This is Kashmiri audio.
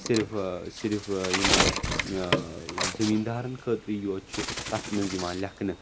صِرف صِرف یِمَن زٔمیٖن دارَن خٲطرے یوت چھِ تَتھ منٛز یِوان لیکھنہٕ